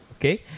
Okay